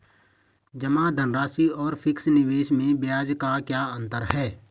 जमा धनराशि और फिक्स निवेश में ब्याज का क्या अंतर है?